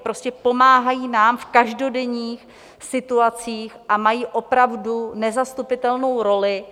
Prostě nám pomáhají v každodenních situacích a mají opravdu nezastupitelnou roli.